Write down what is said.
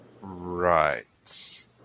Right